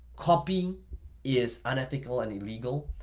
copying is unethical and illegal.